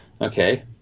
Okay